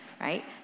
right